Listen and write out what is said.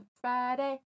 Friday